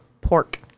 pork